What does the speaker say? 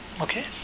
okay